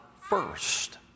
first